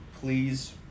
Please